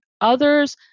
Others